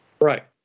Right